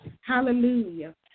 Hallelujah